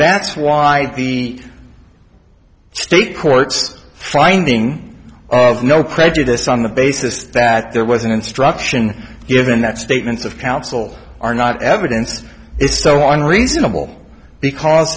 that's why the state courts finding of no prejudice on the basis that there was an instruction given that statements of counsel are not evidence it's so on reasonable because